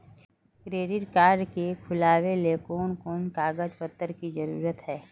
Credit card के खुलावेले कोन कोन कागज पत्र की जरूरत है?